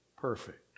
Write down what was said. perfect